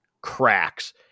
cracks